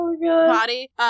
body